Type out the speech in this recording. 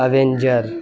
avenger